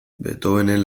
beethovenen